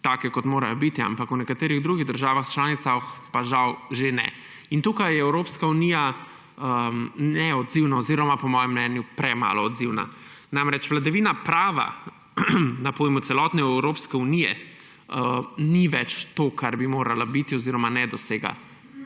take, kot morajo biti, ampak v nekaterih drugih državah članicah pa žal že ne. Tukaj je Evropska unija neodzivna oziroma po mojem mnenju premalo odzivna. Vladavina prava na pojmu celotne Evropske unije namreč ni več to, kar bi morala biti, oziroma ne dosega